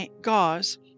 gauze